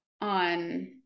on